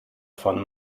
von